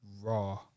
raw